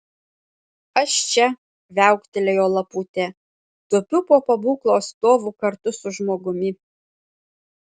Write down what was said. aš čia viauktelėjo laputė tupiu po pabūklo stovu kartu su žmogumi